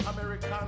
American